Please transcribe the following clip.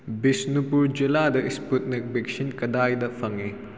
ꯕꯤꯁꯅꯨꯄꯨꯔ ꯖꯤꯂꯥꯗ ꯏꯁꯄꯨꯠꯅꯤꯛ ꯚꯦꯛꯁꯤꯟ ꯀꯗꯥꯏꯗ ꯐꯪꯏ